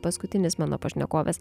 paskutinis mano pašnekovės